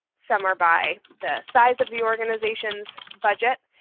some are by the size of the organization's budget.